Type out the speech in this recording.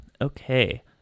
Okay